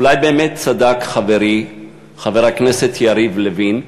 אולי באמת צדק חברי חבר הכנסת יריב לוין,